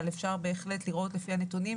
אבל אפשר בהחלט לראות לפי הנתונים,